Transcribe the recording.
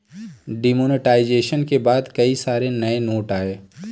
demonetisation के बाद कई सारे नए नोट आये